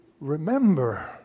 remember